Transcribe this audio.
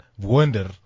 wonder